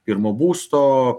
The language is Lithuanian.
pirmo būsto